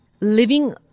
living